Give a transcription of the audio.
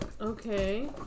okay